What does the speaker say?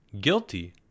guilty